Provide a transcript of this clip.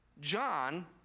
John